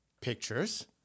Pictures